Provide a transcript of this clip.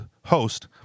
host